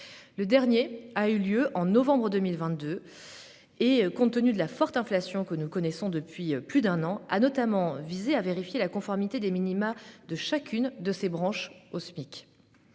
Le dernier a eu lieu au mois de novembre 2022. Compte tenu de la forte inflation que nous connaissons depuis plus d'un an, il a notamment visé à vérifier la conformité au Smic des minima de chacune de ces branches. Ce